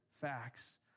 facts